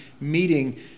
meeting